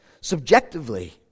subjectively